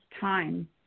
time